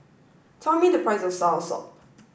tell me the price of soursop